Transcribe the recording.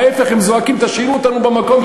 להפך, הם זועקים: תשאירו אותנו במקום.